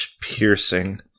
Piercing